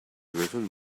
driven